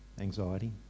anxiety